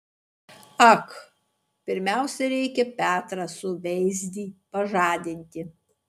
ak pirmiausia reikia petrą suveizdį pažadinti